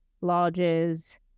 lodges